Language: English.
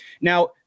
Now